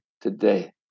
today